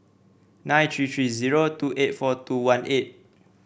nine three three zero two eight four two one eight